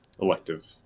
elective